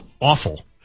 awful